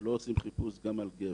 ולא עושים חיפוש גם על גבר.